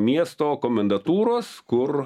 miesto komendatūros kur